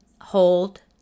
hold